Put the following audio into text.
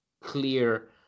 clear